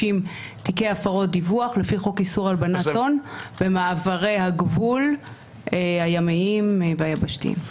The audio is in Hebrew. תיקי הפרות דיווח במעברי הגבול הימיים והיבשתיים.